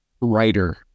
writer